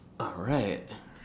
correct